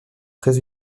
très